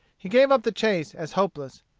he gave up the chase as hopeless.